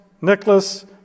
Nicholas